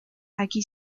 aquí